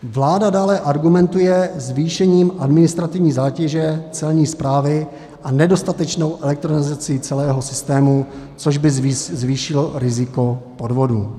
Vláda dále argumentuje zvýšením administrativní zátěže Celní správy a nedostatečnou elektronizací celého systému, což by zvýšilo riziko odvodů.